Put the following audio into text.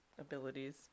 abilities